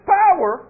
power